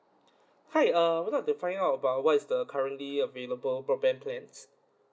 hi err I'd like to find out about what is the currently available broadband plans